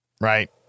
right